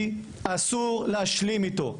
אסור להשלים אתו.